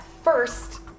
First